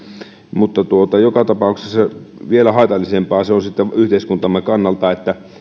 mutta se on sitten joka tapauksessa vielä haitallisempaa yhteiskuntamme kannalta että